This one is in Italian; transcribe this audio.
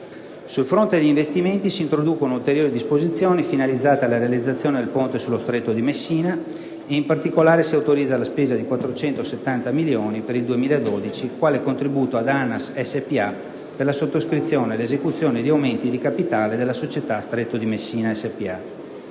Sul fronte degli investimenti si introducono ulteriori disposizioni finalizzate alla realizzazione del ponte sullo Stretto di Messina: in particolare, si autorizza la spesa di 470 milioni per il 2012, quale contributo ad ANAS spa per la sottoscrizione e l'esecuzione di aumenti di capitale della società Stretto di Messina spa.